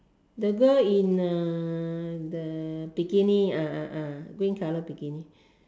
the girl in uh the bikini ah ah ah green colour bikini